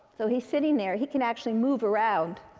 so he's sitting there. he can actually move around